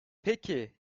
peki